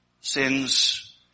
sins